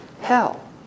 hell